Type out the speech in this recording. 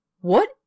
What